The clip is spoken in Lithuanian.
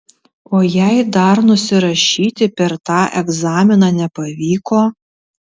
o jei dar nusirašyti per tą egzaminą nepavyko